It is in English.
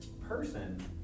person